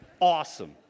Awesome